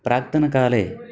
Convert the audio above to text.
प्राक्तनकाले